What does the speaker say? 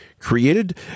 created